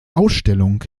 ausstellung